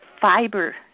fiber